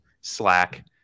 slack